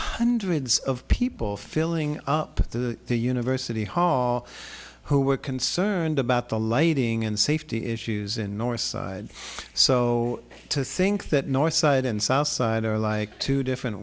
hundreds of people filling up the university hall who were concerned about the lighting and safety issues in north side so to think that north side and south side are like two different